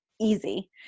easy